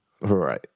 Right